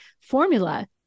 formula